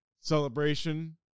celebration